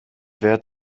wert